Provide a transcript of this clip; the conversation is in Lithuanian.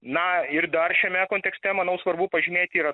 na ir dar šiame kontekste manau svarbu pažymėti yra